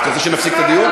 את רוצה שנפסיק את הדיון?